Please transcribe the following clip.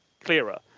clearer